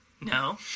No